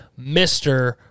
Mr